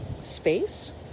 space